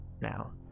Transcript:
now